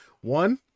One